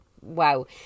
wow